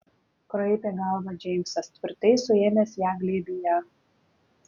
kraipė galvą džeimsas tvirtai suėmęs ją glėbyje